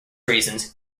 reasons